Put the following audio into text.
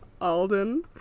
Alden